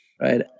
right